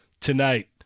tonight